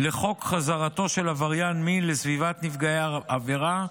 לחוק חזרתו של עבריין מין לסביבת נפגעי העבירה,